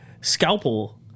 scalpel